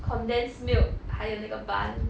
condensed milk 还有那个 bun